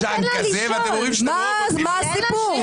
אתם הכנתם את הג'אנק הזה ואתם אומרים שאתם רובוטים